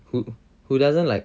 who who doesn't like